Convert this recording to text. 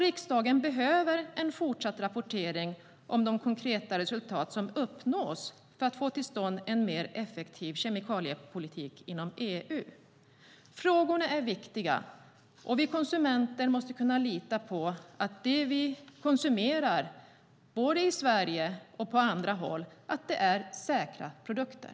Riksdagen behöver en fortsatt rapportering om de konkreta resultat som uppnås för att få till stånd en mer effektiv kemikaliepolitik inom EU. Frågorna är viktiga, och vi konsumenter måste kunna lita på att det vi konsumerar i Sverige och på andra håll är säkra produkter.